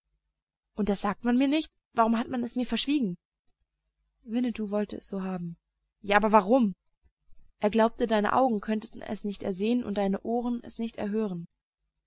und das sagt man mir nicht warum hat man es mir verschwiegen winnetou wollte es so haben ja aber warum er glaubte deine augen könnten es nicht ersehen und deine ohren es nicht erhören